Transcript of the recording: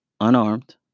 unarmed